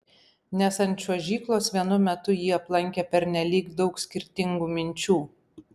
nes ant čiuožyklos vienu metu jį aplankė pernelyg daug skirtingų minčių